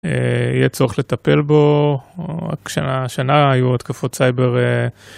יהיה צורך לטפל בו, רק שנה על שנה היו התקפות סייבר.